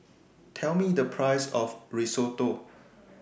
Tell Me The Price of Risotto